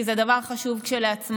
כי זה דבר חשוב כשלעצמו,